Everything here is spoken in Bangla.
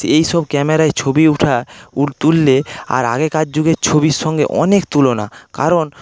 সেই সব ক্যামেরায় ছবি উঠা তুললে আর আগেরকার যুগের ছবির সঙ্গে অনেক তুলনা কারণ